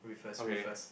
okay